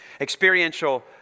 experiential